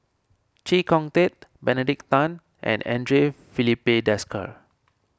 Chee Kong Tet Benedict Tan and andre Filipe Desker